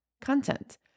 content